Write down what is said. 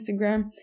Instagram